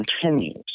continues